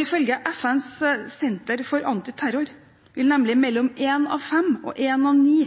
Ifølge FNs senter for anti-terror vil nemlig mellom én av fem og én av ni